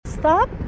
Stop